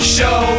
Show